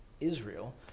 israel